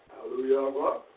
Hallelujah